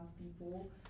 people